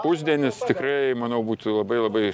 pusdienis tikrai manau būtų labai labai